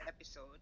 episode